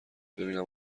ببینم